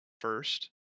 first